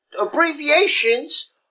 Abbreviations